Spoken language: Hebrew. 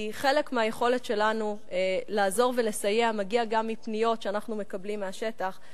כי חלק מהיכולת שלנו לעזור ולסייע מגיע גם מפניות שאנחנו מקבלים מהשטח,